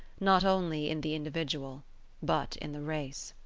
not only in the individual but in the race